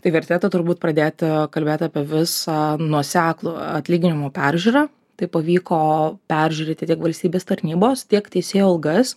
tai vertėtų turbūt pradėti kalbėt apie visą nuoseklų atlyginimų peržiūrą tai pavyko peržiūrėti tiek valstybės tarnybos tiek teisėjų algas